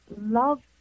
love